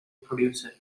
producer